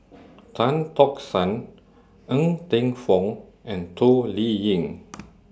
Tan Tock San Ng Teng Fong and Toh Liying